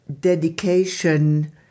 dedication